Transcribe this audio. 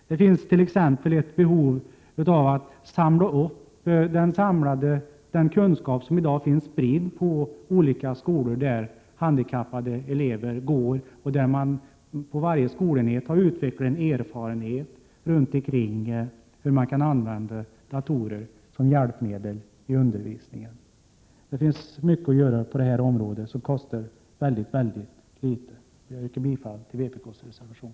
Det finns t.ex. ett behov av att samla den kunskap som i dag finns spridd på olika skolor, där handikappade elever går och där 9” Prot. 1987/88:123 «man på varje skolenhet har skaffat sig erfarenhet av hur man kan använda 19 maj 1988 datorer som hjälpmedel i undervisningen. Det finns mycket att göra på det området och som kostar väldigt väldigt lite. Ansläggksrage Jag yrkar bifall till vpk:s reservation.